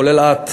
כולל את,